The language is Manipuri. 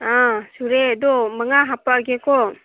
ꯑꯥ ꯁꯨꯔꯦ ꯑꯗꯣ ꯃꯉꯥ ꯍꯥꯞꯄꯛꯑꯒꯦꯀꯣ